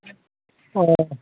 औ